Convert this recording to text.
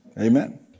Amen